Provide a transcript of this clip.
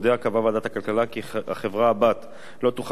קבעה ועדת הכלכלה כי החברה הבת לא תוכל לפתוח